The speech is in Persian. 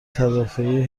تدافعی